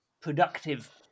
productive